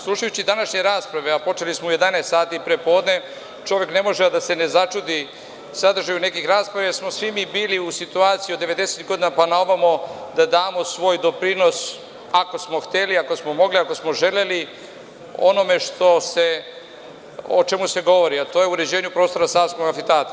Slušajući današnje rasprave, a počeli smo u 11,00 sati pre podne, čovek ne može a da se ne čudi sadržaju nekih rasprava, jer smo svi mi bili u situaciji od devedesetih godina pa na ovamo, da damo svoj doprinos, ako smo hteli, ako smo mogli, ako smo želeli o onome o čemu se govori, a to je o uređenju prostora Savskog amfiteatra.